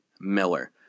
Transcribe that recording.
Miller